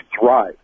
thrive